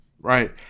right